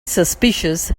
suspicious